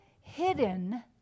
hidden